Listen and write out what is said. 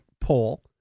poll